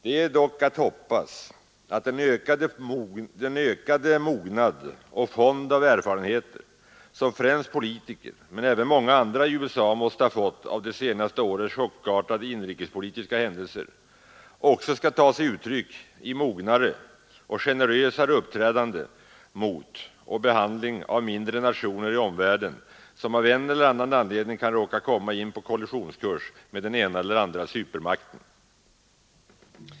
Det är dock att hoppas att den ökade mognad och fond av erfarenheter, som främst politiker, men även många andra i USA måste ha fått av det senaste årets chockartade inrikespolitiska händelser, också skall ta sig uttryck i mognare och generösare uppträdande mot och behandling av mindre nationer i omvärlden som av en eller annan anledning kan råka komma in på kollisionskurs med den ena eller andra supermakten.